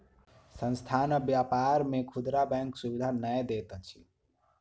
संस्थान आ व्यापार के खुदरा बैंक सुविधा नै दैत अछि